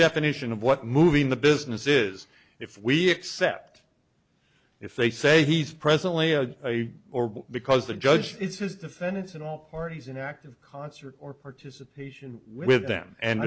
definition of what moving the business is if we accept if they say he's presently a or because the judge says defendants and all parties an act of concert or participation with them and